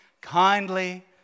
kindly